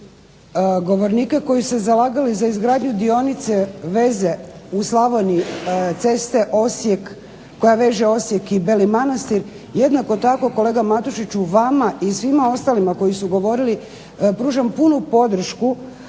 govornika koji su se zalagali za izgradnju dionice veze u Slavoniji ceste koja veže Osijek i Beli Manastir, jednako tako kolega Matušiću vama i svima ostalima koji su govorili pružam punu podršku